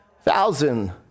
Thousand